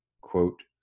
quote